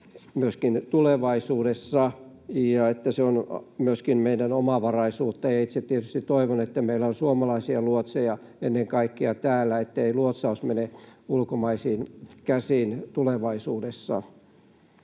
myöskin tulevaisuudessa, se on myöskin meidän omavaraisuuttamme. Ja itse tietysti toivon, että meillä on ennen kaikkea suomalaisia luotseja täällä, ettei luotsaus mene ulkomaisiin käsiin tulevaisuudessa.